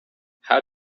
how